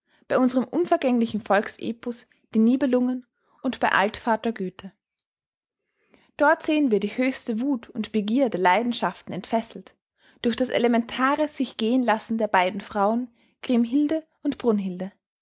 bei unserem unvergänglichen volksepos den nibelungen und bei altvater goethe dort sehen wir die höchste wuth und begier der leidenschaften entfesselt durch das elementare sichgehenlassen der beiden frauen chriemhilde und brunhilde